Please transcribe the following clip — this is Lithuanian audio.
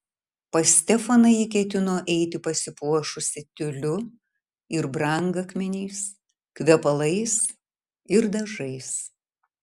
pas stefaną ji ketino eiti pasipuošusi tiuliu ir brangakmeniais kvepalais ir dažais